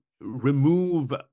remove